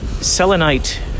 selenite